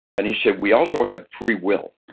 and he said, we also have free will.